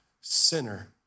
sinner